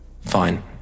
Fine